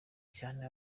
cyane